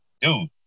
dude